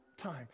time